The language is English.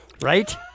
Right